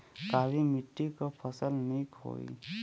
काली मिट्टी क फसल नीक होई?